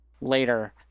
later